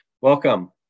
Welcome